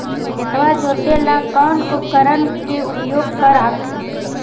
खेतबा जोते ला कौन उपकरण के उपयोग कर हखिन?